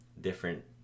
different